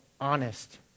honest